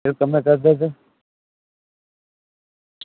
तुस कन्नै चलगे अग्गें